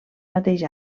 mateix